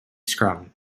scrum